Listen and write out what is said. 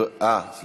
רגע, רגע.